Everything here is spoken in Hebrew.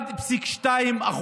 1.2%,